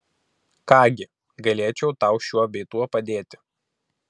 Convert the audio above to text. ką gi galėčiau tau šiuo bei tuo padėti